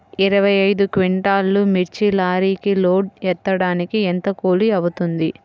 ఇరవై ఐదు క్వింటాల్లు మిర్చి లారీకి లోడ్ ఎత్తడానికి ఎంత కూలి అవుతుంది?